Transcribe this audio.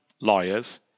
lawyers